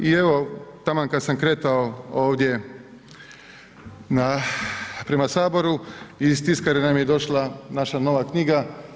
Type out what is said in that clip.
I evo taman kada sam kretao ovdje prema Saboru iz tiskare nam je došla naša nova knjiga.